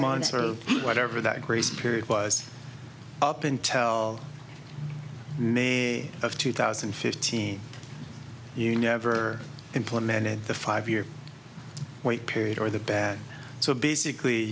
months or whatever that grace period was up until may of two thousand and fifteen you never implemented the five year wait period or the bat so basically